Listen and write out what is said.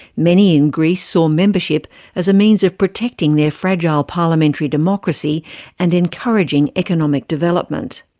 many in greece saw membership as a means of protecting their fragile parliamentary democracy and encouraging economic development.